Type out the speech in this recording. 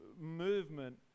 movement